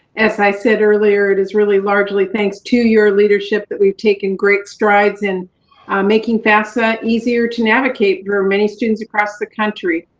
as i said earlier, it is really largely thanks to your leadership that we've taken great strides in making fafsa easier to navigate for many students across the country,